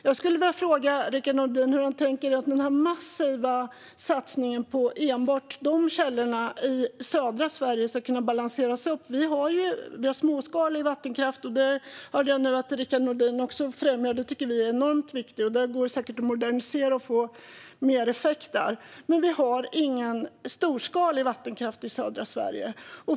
Jag skulle vilja fråga Rickard Nordin hur han tänker att den massiva satsningen på enbart de energikällorna i södra Sverige ska kunna balanseras upp. Vi har småskalig vattenkraft. Det hörde jag nu att Rickard Nordin också främjar. Vi tycker att den är enormt viktig, och den går säkert att modernisera och få att ge mer effekt. Men vi har ingen storskalig vattenkraft i södra Sverige.